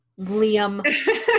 Liam